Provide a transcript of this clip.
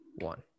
one